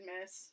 miss